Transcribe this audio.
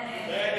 בנט.